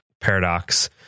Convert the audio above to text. paradox